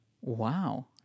wow